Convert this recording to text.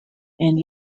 and